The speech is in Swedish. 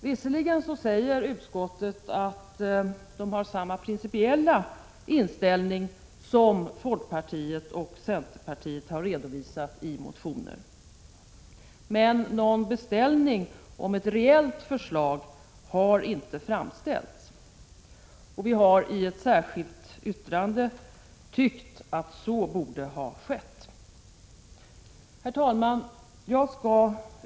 Visserligen säger utskottet att man har samma principiella inställning som folkpartiet och centern har redovisat i motioner, men någon beställning av ett reellt förslag har inte framställts. Vi har i ett särskilt yttrande framhållit att så borde ha skett. Herr talman!